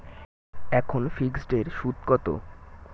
এখন ফিকসড এর সুদ কত?